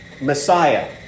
Messiah